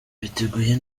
biteguye